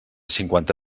cinquanta